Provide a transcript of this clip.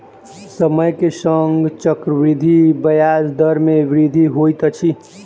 समय के संग चक्रवृद्धि ब्याज दर मे वृद्धि होइत अछि